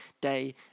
day